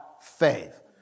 faith